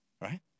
right